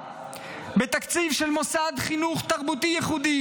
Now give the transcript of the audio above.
בתקציב של מוסד חינוך תרבותי ייחודי,